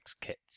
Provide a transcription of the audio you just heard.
kits